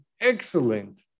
excellent